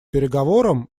переговорам